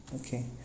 Okay